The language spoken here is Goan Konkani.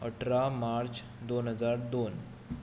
अठरा मार्च दोन हजार दोन